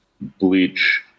bleach